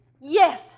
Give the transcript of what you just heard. Yes